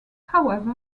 however